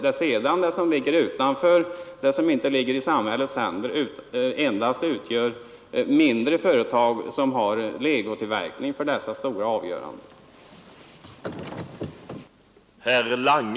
Det som sedan inte ligger i samhällets händer utgör mindre företag som har legotillverkning för dessa stora avgörande företag.